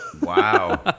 Wow